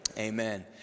Amen